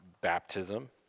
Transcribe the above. baptism